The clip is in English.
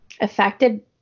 affected